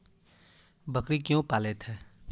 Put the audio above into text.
बकरी क्यों पालते है?